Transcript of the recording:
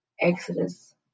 Exodus